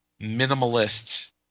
minimalist